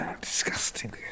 ...disgusting